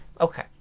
Okay